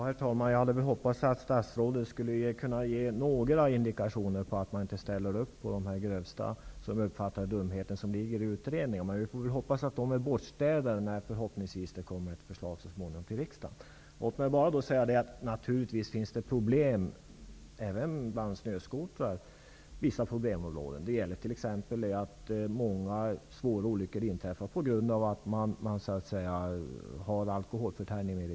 Herr talman! Jag hade hoppats att statsrådet skulle kunna ge några indikationer på att man inte ställer upp på de grövsta, som jag uppfattar det, dumheterna i utredningen. Vi får hoppas att de är bortstädade när det så småningom kommer ett förslag till riksdagen. Det finns naturligtvis problem även när det gäller snöskotrar. Många svåra olyckor inträffar t.ex. på grund av alkhololförtäring.